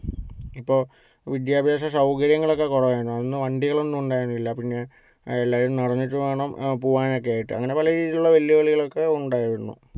ഇപ്പൊൾ വിദ്യാഭ്യാസ സൗകര്യങ്ങളൊക്കെ കുറവായിരുന്നു അന്ന് വണ്ടികളൊന്നും ഉണ്ടായിരുന്നില്ല പിന്നെ എല്ലാവരും നിർത്തിയിട്ട് വേണം പോകാനോക്കെ ആയിട്ട് അങ്ങനെ പല രീതിയിലുള്ള വെല്ലുവിളികളൊക്കെ ഉണ്ടായിരുന്നു